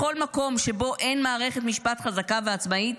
בכל מקום שבו אין מערכת משפט חזקה ועצמאית,